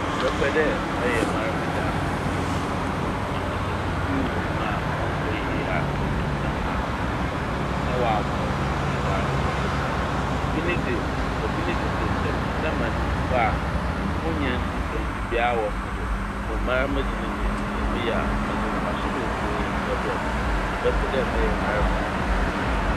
Mebɛpɛ dɛ mɛyɛ mara me daaso ho biribi ama sɛ biribi wɔ mu a ɔnnkɔ yɛyie a metum na masesa no na ɔaboa m' me dwumadzi ahorow nyinaa. Obi dze- obi ne dze dze sɛ mesesa no ma no mpo a onnya nsunsuando biara wɔ mo do na mbom mara me dze no dze sɛ meyɛ ɔdze mfaso bebree dze bɛbrɛ m'. Ntsi mɛpɛ dɛ mɛyɛ mara me dze.